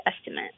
estimate